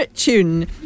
tune